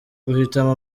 guhitamo